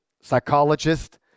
psychologist